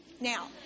Now